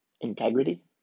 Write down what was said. integrity